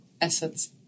assets